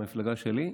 מהמפלגה שלי,